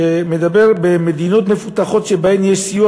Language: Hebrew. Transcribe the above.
שמדבר על כך שבמדינות מפותחת שבהן יש סיוע